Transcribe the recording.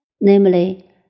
namely